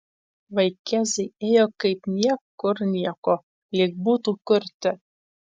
vaikėzai ėjo kaip niekur nieko lyg būtų kurti